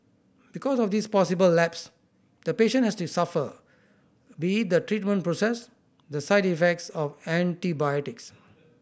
because of this possible lapse the patient has to suffer be it the treatment process the side effects of antibiotics